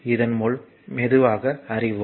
இதன் மூலம் மெதுவாக அறிவோம்